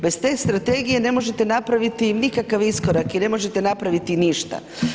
Bez te strategije ne možete napraviti nikakav iskorak i ne možete napraviti ništa.